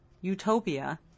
utopia